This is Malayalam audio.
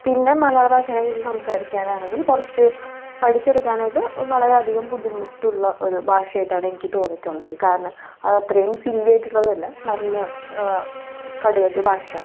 പിന്നെ മലയാള ഭാഷേനെക്കുറിച്ച് സംസാരിക്കാനാണെങ്കിൽ കുറച്ച് പഠിച്ചെടുക്കാനായിട്ട് വളരെ അധികം ബുദ്ധിമുട്ടുള്ള ഒരു ഭാഷയായിട്ടാണ് എനിക്ക് തോന്നിയിട്ടുള്ളത് കാരണം അത് അത്രയും സില്ലി ആയിട്ടുള്ളതല്ല നല്ല കടുകട്ടി ഭാഷയാണ്